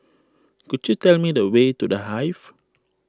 could you tell me the way to the Hive